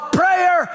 prayer